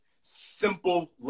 simple